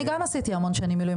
אני גם עשיתי המון שנים מילואים,